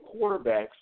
quarterbacks